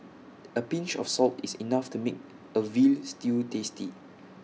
A pinch of salt is enough to make A Veal Stew tasty